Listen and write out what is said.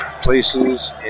places